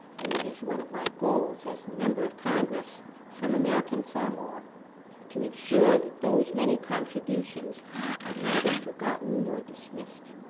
and it is one of my goals as the member of congress from american samoa to ensure that those many contributions are neither forgotten more dismissed.